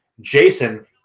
Jason